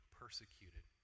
persecuted